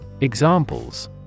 Examples